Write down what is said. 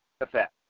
effect